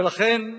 ולכן,